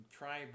try